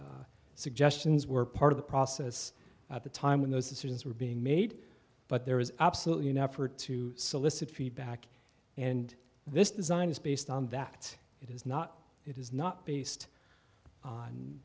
and suggestions were part of the process at the time when those decisions were being made but there is absolutely an effort to solicit feedback and this design is based on that it is not it is not based on